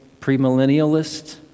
premillennialist